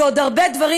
ועוד הרבה דברים,